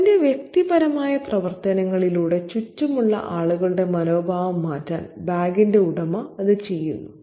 തന്റെ വ്യക്തിപരമായ പ്രവർത്തനങ്ങളിലൂടെ ചുറ്റുമുള്ള ആളുകളുടെ മനോഭാവം മാറ്റാൻ ബാഗിന്റെ ഉടമ അത് ചെയ്യുന്നു